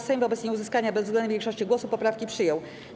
Sejm wobec nieuzyskania bezwzględnej większości głosów poprawki przyjął.